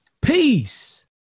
Peace